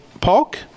Park